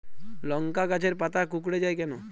লংকা গাছের পাতা কুকড়ে যায় কেনো?